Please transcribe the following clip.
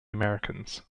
americans